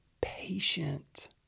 patient